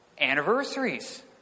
Anniversaries